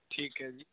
ਠੀਕ ਹੈ ਜੀ